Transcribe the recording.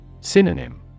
Synonym